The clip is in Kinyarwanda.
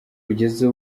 kugeza